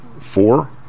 four